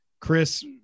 Chris